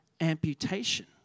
amputation